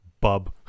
bub